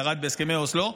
ירד בהסכמי אוסלו,